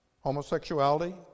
homosexuality